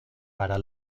para